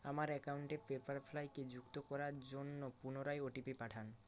আমার অ্যাকাউন্টে পেপারফ্রাইকে যুক্ত করার জন্য পুনরায় ওটিপি পাঠান